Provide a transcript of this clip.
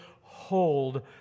hold